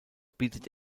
bietet